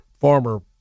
farmer